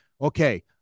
okay